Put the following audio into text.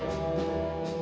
so